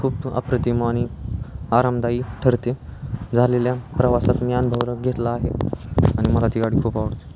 खूप अप्रतिम आणि आरामदायी ठरते झालेल्या प्रवासात मी अनुभव घेतला आहे आणि मला ती गाडी खूप आवडते